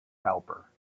helper